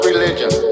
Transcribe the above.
religion